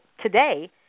today